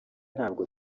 ntabwo